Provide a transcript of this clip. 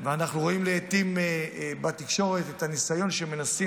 אנחנו רואים לעיתים בתקשורת את הניסיון שמנסים,